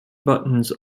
buttons